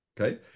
Okay